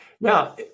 Now